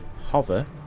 hover